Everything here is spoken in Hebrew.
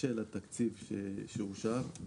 בשל התקציב שאושר.